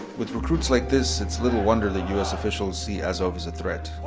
with recruits like this, it's little wonder that u s officials see azov as a threat.